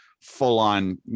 full-on